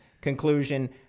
Conclusion